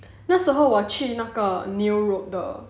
那时候我去那个 neil road 的